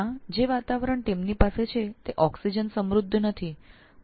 તેઓ જે વાતાવરણમાં રહે છે તે ઓક્સિજન સમૃદ્ધ નથી પરંતુ મિથેનથી ભરપૂર છે